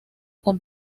con